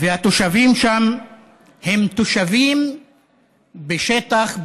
והתושבים שם הם תושבים בשטח,